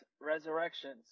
Resurrections